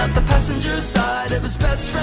and the passenger's side of his best